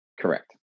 Correct